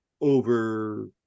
over